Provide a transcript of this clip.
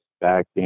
back